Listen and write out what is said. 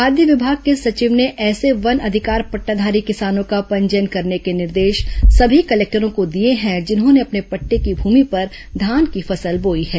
खाद्य विभाग के सचिव ने ऐसे वन अधिकार पटटाधारी किसानों का पंजीयन करने के निर्देश सभी कलेक्टरों को दिए हैं जिन्होंने अपने पटटे की भूमि पर धान की फसल बोई है